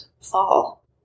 fall